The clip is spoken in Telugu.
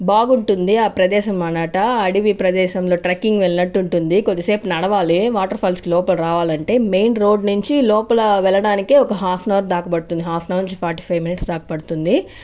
బాగుంటుంది ఆ ప్రదేశం అన్నమాట అడవి ప్రదేశంలో ట్రక్కింగ్ వెళ్లినట్టు ఉంటుంది కొద్దిసేపు నడవాలి వాటర్ ఫాల్స్ లోపల రావాలంటే మైయిన్ రోడ్ నుంచి లోపల వెళ్ళడానికి ఒక హాఫ్ యాన్ అవర్ దాకా పడుతుంది హాఫ్ యాన్ అవర్ నుంచి ఫార్టీ ఫైవ్ మినిట్స్ దాకా పడుతుంది